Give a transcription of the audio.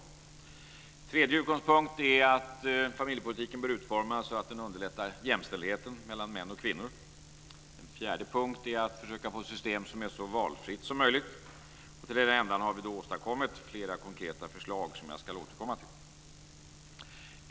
Den tredje utgångspunkten är att familjepolitiken bör utformas så att den underlättar jämställdheten mellan män och kvinnor. En fjärde punkt är att försöka få system som ger så stor valfrihet som möjligt. Till den ändan har vi åstadkommit flera konkreta förslag som jag ska återkomma till.